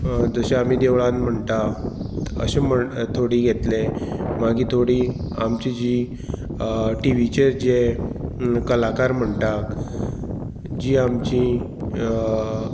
जशें आमी देवळान म्हणटा अशें म्हण थोडीं घेतलें मागीर थोडीं आमची जीं टिवीचेर जे कलाकार म्हणटा जीं आमचीं